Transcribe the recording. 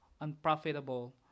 unprofitable